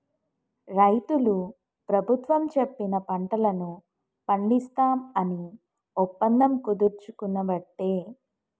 రైతులు ప్రభుత్వం చెప్పిన పంటలను పండిస్తాం అని ఒప్పందం కుదుర్చుకునబట్టే